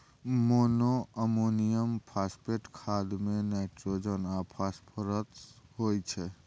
monoammonium phosphate खाद मे nitrogen आ फास्फोरस होइ छै